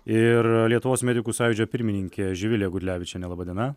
ir lietuvos medikų sąjūdžio pirmininkė živilė gudlevičienė laba diena